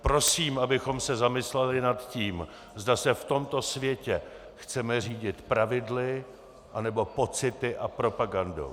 Prosím, abychom se zamysleli nad tím, zda se v tomto světě chceme řídit pravidly, a nebo pocity a propagandou.